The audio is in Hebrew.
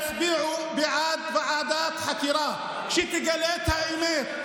תצביעו בעד ועדת חקירה, שתגלה את האמת.